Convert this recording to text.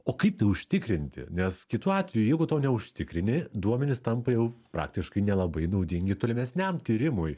o kaip tai užtikrinti nes kitu atveju jeigu to neužtikrini duomenys tampa jau praktiškai nelabai naudingi tolimesniam tyrimui